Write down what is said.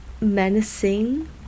menacing